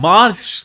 March